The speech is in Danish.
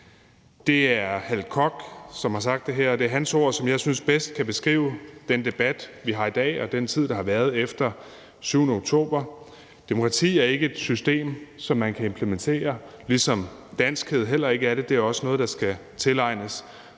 Det er Hal Koch, som har sagt det her, og det er hans ord, som jeg synes bedst kan beskrive den debat, vi har i dag, og den tid, der har været efter den 7. oktober. Demokrati er ikke et system, som man kan implementere, ligesom danskhed heller ikke er det. Det er også noget, der skal tilegnes.